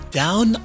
down